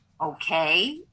okay